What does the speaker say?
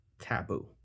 taboo